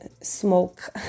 smoke